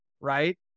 right